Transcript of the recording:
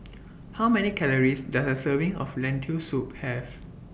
How Many Calories Does A Serving of Lentil Soup Have